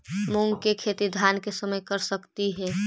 मुंग के खेती धान के समय कर सकती हे?